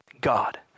God